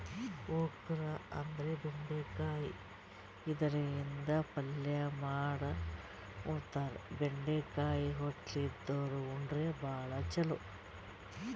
okra ಅಂದ್ರ ಬೆಂಡಿಕಾಯಿ ಇದರಿಂದ ಪಲ್ಯ ಮಾಡ್ ಉಣತಾರ, ಬೆಂಡಿಕಾಯಿ ಹೊಟ್ಲಿ ಇದ್ದೋರ್ ಉಂಡ್ರ ಭಾಳ್ ಛಲೋ